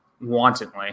wantonly